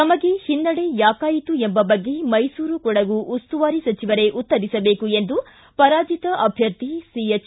ತಮಗೆ ಹಿನ್ನಡೆ ಯಾಕಾಯಿತು ಎಂಬ ಬಗ್ಗೆ ಮೈಸೂರು ಕೊಡಗು ಉಸ್ತುವಾರಿ ಸಚಿವರೇ ಉತ್ತರಿಸಿಬೇಕು ಎಂದು ಪರಾಜಿತ ಅಭ್ವರ್ಥಿ ಸಿ ಎಚ್